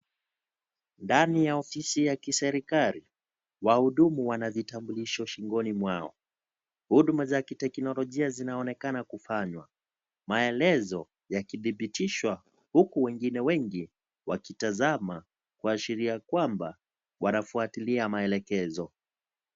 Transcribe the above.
Ndani ya ofisi ya kiserekali wahudumu wana vitambulisho shingoni mwao huduma za kiteknolojia zinaonekana kufanywa, maelezo yakidhibidishwa huku wengine wengi wakitazama kuashiria kwamba wanafuatilia maelekezo.